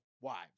wives